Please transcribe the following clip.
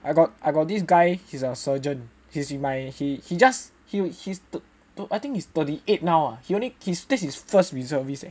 I got I got this guy he's a surgeon he's in my he he just he he I think he's thirty eight now ah he only this is his first reservist eh